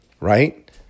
right